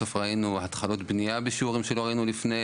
בסוף ראינו התחלות בנייה בשיעורים שלא ראינו לפני,